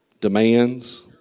demands